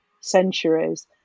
centuries